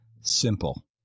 simple